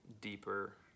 deeper